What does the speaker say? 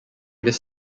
this